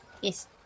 Yes